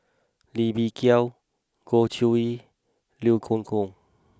Lee Bee Wah Goh Chiew Lye Liew Geok Leong